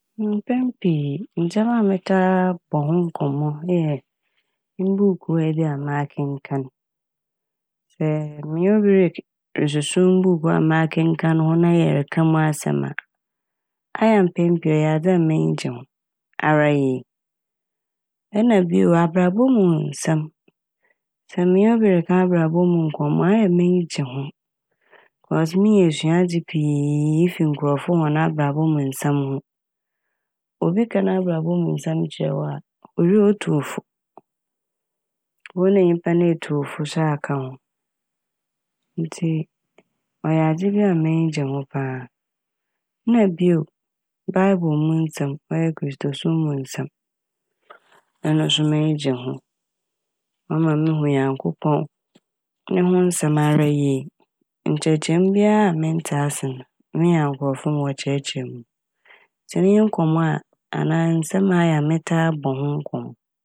Mpɛn pii ndzɛma metaa bɔ ho nkɔmmɔ eyɛ mbuukuu a ebi a makenkan. Sɛ menye obi rek- resusu mbuukuu a makenkaan ho na yɛreka mu asɛm a ayɛ a mpɛn pii no ɔyɛ adze a m'enyi gye ho ara yie. Nna bio, abrabɔ mu nsɛm. Sɛ menye obi reka abrabɔ mu nkɔmmɔ a ɔyɛ a m'enyi gye ho "cause" minya esuadze pii ifi nkorɔfo hɔn abrabɔ mu nsɛm ho. Obi ka n'abrabɔ mu nsɛm kyerɛ wo a, owie a otu wo fo. Bohu dɛ nyimpa no etu wo fo aka ho ntsi ɔyɛ adze bi a m'enyi gye ho paa. Na bio, "Bible" mu nsɛm ɔyɛɛ Kristosom mu nsɛm ɔno so m'enyi gye ho. Ɔma muhu Nyankopɔn no ho nsɛm ara yie, nkyerɛkyerɛmu biara a menntse ase n' me nyankofo n' wɔkyerɛkyerɛ m' ntsi eyi nye nkɔmmɔ a anaa nsɛm a ayɛ a metaa bɔ ho nkɔmmɔ.